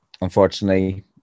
Unfortunately